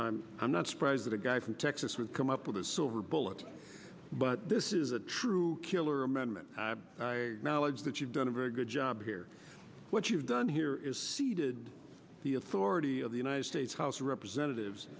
does i'm not surprised that a guy from texas would come up with a silver bullet but this is a true killer amendment knowledge that you've done a very good job here what you've done here is ceded the authority of the united states house of representatives